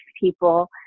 people